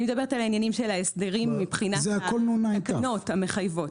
אני מדברת על העניינים של ההסדרים מבחינת התקנות המחייבות.